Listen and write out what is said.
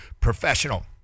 professional